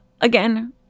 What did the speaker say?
again